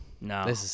No